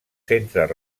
centres